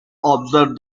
observe